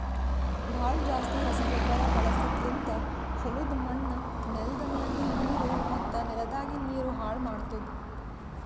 ಭಾಳ್ ಜಾಸ್ತಿ ರಸಗೊಬ್ಬರ ಬಳಸದ್ಲಿಂತ್ ಹೊಲುದ್ ಮಣ್ಣ್, ನೆಲ್ದ ಮ್ಯಾಗಿಂದ್ ನೀರು ಮತ್ತ ನೆಲದಾಗಿಂದ್ ನೀರು ಹಾಳ್ ಮಾಡ್ತುದ್